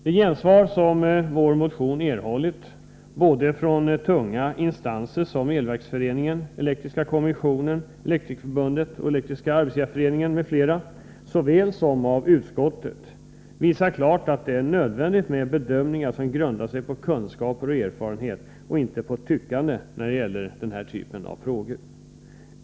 Det gensvar som vår motion erhållit såväl från sådana tunga instanser som Elverksföreningen, Svenska elektriska kommissionen, Elektrikerförbundet och Elektriska arbetsgivareföreningen m.fl. som från utskottet visar klart att det är nödvändigt med bedömningar som grundar sig på kunskaper och erfarenhet och inte på ett tyckande när det gäller denna typ av frågor.